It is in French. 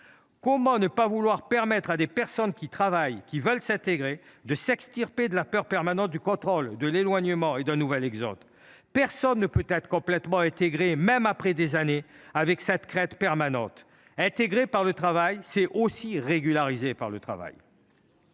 Comment ne pas vouloir protéger des personnes qui travaillent et qui veulent s’intégrer de la peur permanente du contrôle, de l’éloignement, d’un nouvel exode ? Personne ne peut être complètement intégré, même après des années, en vivant dans une telle crainte. Intégrer par le travail, c’est aussi régulariser par le travail.